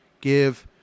give